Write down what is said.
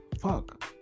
fuck